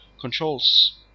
controls